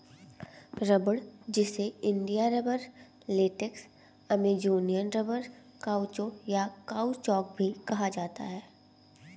रबड़, जिसे India rubber, latex, Amazonian rubber, caoutchouc, या काउचौक भी कहा जाता है